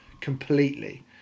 Completely